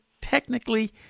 technically